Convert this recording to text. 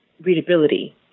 readability